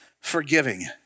forgiving